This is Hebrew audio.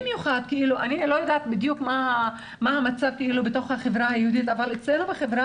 אני לא יודעת מה המצב בחברה היהודית אבל אצלנו בחברה